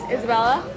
Isabella